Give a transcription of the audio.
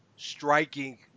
striking